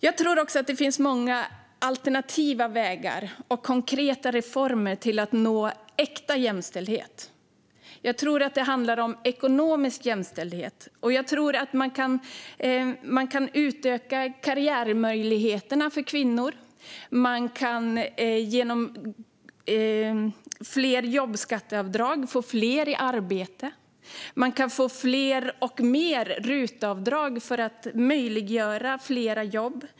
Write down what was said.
Jag tror också att det finns många alternativa vägar och konkreta reformer för att nå äkta jämställdhet. Det handlar bland annat om ekonomisk jämställdhet. Man kan exempelvis utöka karriärmöjligheterna för kvinnor. Genom fler jobbskatteavdrag kan man få fler i arbete. Man kan få fler och mer RUT-avdrag för att möjliggöra fler jobb.